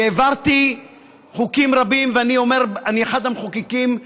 אני העברתי חוקים רבים, אני אחד המחוקקים,